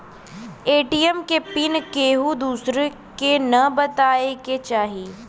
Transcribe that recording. ATM के pin केहू दुसरे के न बताए के चाही